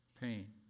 pain